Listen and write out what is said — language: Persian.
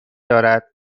دارد